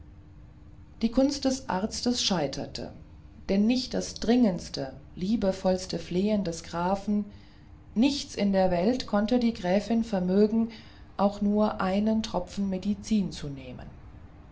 die kunst des arztes scheiterte denn nicht das dringendste liebevollste flehen des grafen nichts in der welt konnte die gräfin vermögen auch nur einen tropfen medizin zu nehmen